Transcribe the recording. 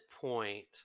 point